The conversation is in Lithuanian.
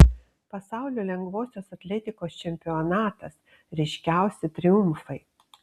pasaulio lengvosios atletikos čempionatas ryškiausi triumfai